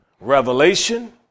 revelation